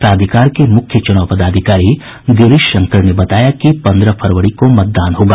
प्राधिकार के मुख्य चुनाव पदाधिकारी गिरीश शंकर ने बताया कि पन्द्रह फरवरी को मतदान होगा